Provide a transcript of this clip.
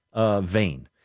Vein